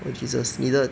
oh jesus 你的